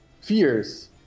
fears